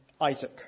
Isaac